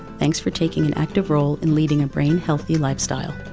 thanks for taking an active role in leading a brain healthy lifestyle.